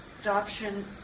adoption